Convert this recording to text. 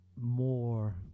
more